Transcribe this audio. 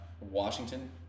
Washington